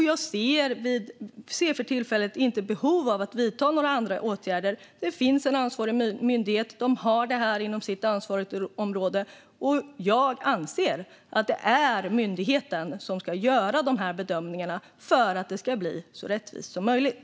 Jag ser för tillfället inget behov av att vidta några andra åtgärder. Det finns en ansvarig myndighet, den har det här inom sitt ansvarsområde, och jag anser att det är myndigheten som ska göra de här bedömningarna för att det ska bli så rättvist som möjligt.